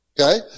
okay